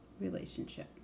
relationship